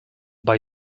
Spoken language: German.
bei